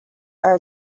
are